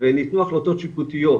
וניתנו החלטות שיפוטיות,